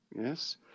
Yes